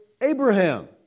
Abraham